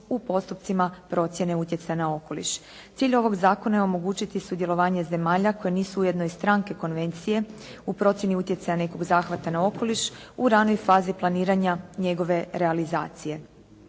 u postupcima procjene utjecaja na okoliš. Cilj ovog zakona je omogućiti sudjelovanje zemalja koje nisu ujedno i stranke konvencije u procjeni utjecaja nekog zahvata na okoliš u ranoj fazi planiranja njegove realizacije.